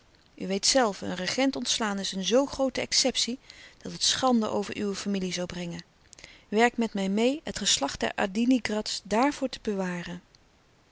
weet zelve een regent ontslaan is een zoo groote exceptie dat het schande over uwe familie zoû brengen werk met mij meê het geslacht der adiningrats daarvoor te bewaren